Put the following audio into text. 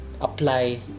apply